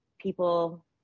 People